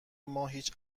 هیچ